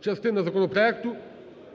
частина законопроекту.